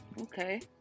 Okay